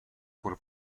por